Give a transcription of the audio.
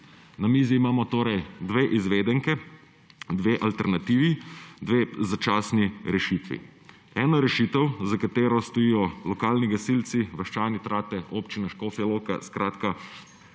Na mizi imamo torej dve izvedenki, dve alternativi, dve začasni rešitvi. Ena rešitev, za katero stojijo lokalni gasilci, vaščani Trate, Občina Škofja Loka, skratka